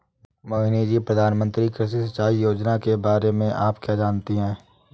मोहिनी जी, प्रधानमंत्री कृषि सिंचाई योजना के बारे में आप क्या जानती हैं?